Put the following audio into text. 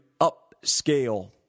upscale